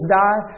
die